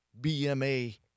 BMA